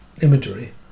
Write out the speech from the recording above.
imagery